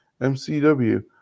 MCW